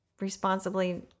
responsibly